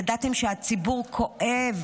ידעתם שהציבור כואב,